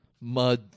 Mud